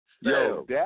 Yo